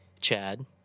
Chad